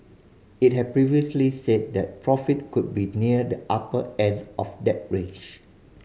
it had previously said that profit could be near the upper end of that range